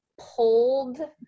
pulled